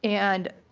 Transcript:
and